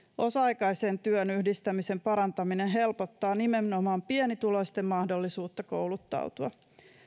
osa aikaisen työn yhdistämisen parantaminen helpottaa nimenomaan pienituloisten mahdollisuutta kouluttautua